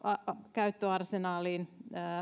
käyttöarsenaaliin